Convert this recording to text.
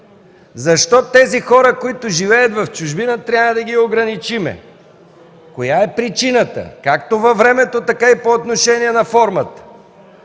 Защо хората, които живеят в чужбина, трябва да ги ограничим? Коя е причината – както във времето, така и по отношение на формата?